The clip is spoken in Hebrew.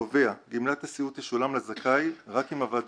שקובע: גמלת הסיעוד תשולם לזכאי רק אם הוועדה